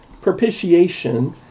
propitiation